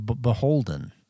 beholden